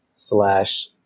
slash